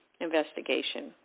investigation